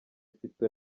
ufite